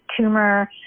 tumor